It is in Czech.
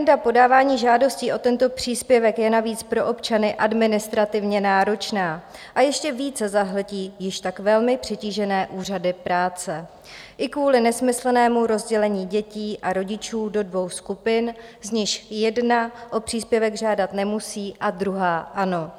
Agenda podávání žádostí o tento příspěvek je navíc pro občany administrativně náročná a ještě více zahltí již tak velmi přetížené úřady práce i kvůli nesmyslnému rozdělení dětí a rodičů do dvou skupin, z nichž jedna o příspěvek žádat nemusí a druhá ano.